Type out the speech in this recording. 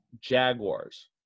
Jaguars